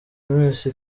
mwese